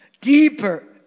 Deeper